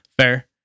Fair